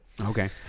Okay